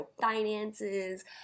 finances